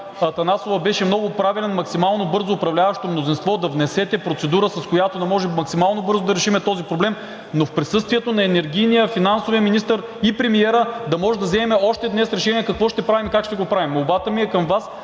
Атанасова беше много правилен: максимално бързо управляващото мнозинство да внесете процедура, с която да може максимално бързо да решим този проблем, но в присъствието на енергийния, финансовия министър и премиера да може да вземем още днес решение какво ще правим, как ще го правим. Молбата ми е към Вас